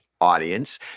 Audience